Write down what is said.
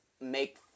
make